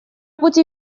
пути